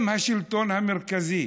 אם השלטון המרכזי